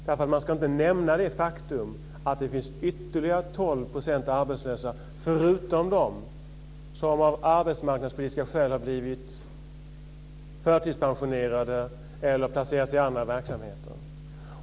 Man ska tydligen inte nämna det faktum att det finns ytterligare 12 % arbetslösa, förutom dem som av arbetsmarknadspolitiska skäl har blivit förtidspensionerade eller placerade i andra verksamheter.